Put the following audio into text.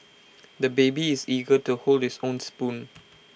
the baby is eager to hold his own spoon